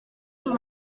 sur